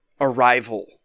arrival